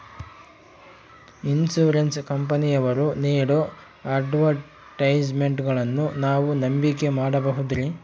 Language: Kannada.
ಇನ್ಸೂರೆನ್ಸ್ ಕಂಪನಿಯವರು ನೇಡೋ ಅಡ್ವರ್ಟೈಸ್ಮೆಂಟ್ಗಳನ್ನು ನಾವು ನಂಬಿಕೆ ಮಾಡಬಹುದ್ರಿ?